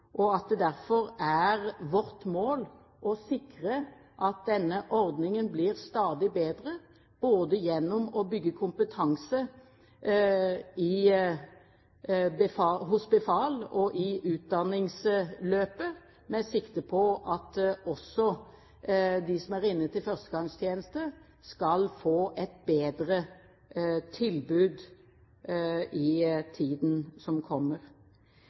og at det derfor er vårt mål å sikre at denne ordningen stadig blir bedre, både gjennom å bygge kompetanse hos befal og i utdanningsløpet, med sikte på at også de som er inne til førstegangstjeneste, skal få et bedre tilbud i tiden som kommer.